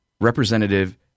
Representative